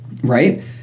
right